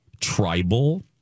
tribal